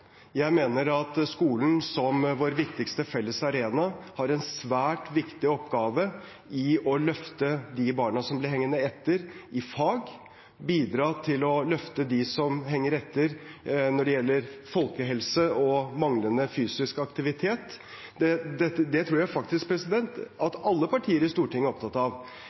Jeg mener at skolen som vår viktigste felles arena har en svært viktig oppgave i å løfte de barna som blir hengende etter i fag, og bidra til å løfte dem som henger etter når det gjelder folkehelse og manglende fysisk aktivitet. Det tror jeg faktisk at alle partier i Stortinget er opptatt av.